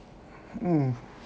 oo